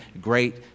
great